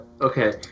okay